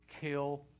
kill